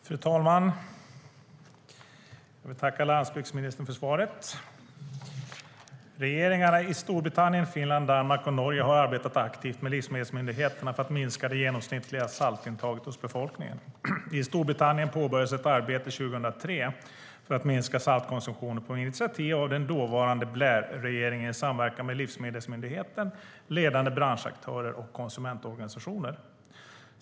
Fru talman! Jag vill tacka landsbygdsministern för svaret. Regeringarna i Storbritannien, Finland, Danmark och Norge har arbetat aktivt med livsmedelsmyndigheterna för att minska det genomsnittliga saltintaget hos befolkningen. I Storbritannien påbörjades, på initiativ av den dåvarande Blairregeringen, ett arbete 2003 för att minska saltkonsumtionen i samverkan med livsmedelsmyndigheten, ledande branschaktörer och konsumentorganisationer.